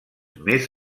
més